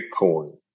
Bitcoin